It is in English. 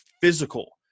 Physical